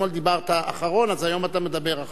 אתמול דיברת אחרון אז היום אתה מדבר אחרון.